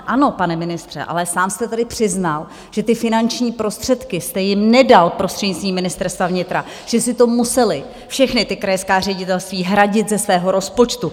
Ano, pane ministře, ale sám jste tady přiznal, že ty finanční prostředky jste jim nedal prostřednictvím Ministerstva vnitra, že si to musela všechna ta krajská ředitelství hradit ze svého rozpočtu.